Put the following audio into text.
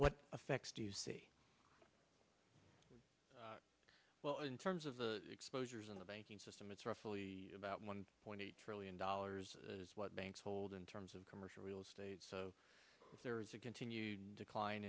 what effect do you see well in terms of the exposures in the banking system it's roughly about one point eight trillion dollars as what banks hold in terms of commercial real estate so there's a continued decline